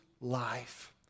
life